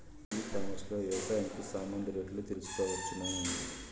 ఈ కామర్స్ లో వ్యవసాయానికి సామాన్లు రేట్లు తెలుసుకోవచ్చునా?